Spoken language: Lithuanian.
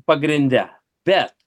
pagrinde bet